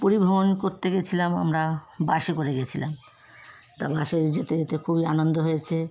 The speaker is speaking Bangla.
পুরী ভ্রমণ করতে গিয়েছিলাম আমরা বাসে করে গিয়েছিলাম তা বাসে যেতে যেতে খুবই আনন্দ হয়েছে